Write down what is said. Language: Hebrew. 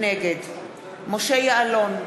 נגד משה יעלון,